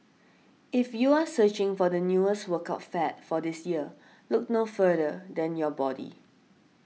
if you are searching for the newest workout fad for this year look no further than your body